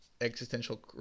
existential